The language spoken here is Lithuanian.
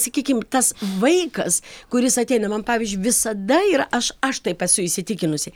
sakykim tas vaikas kuris ateina man pavyzdžiui visada yra aš aš taip esu įsitikinusi